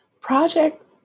Project